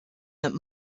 that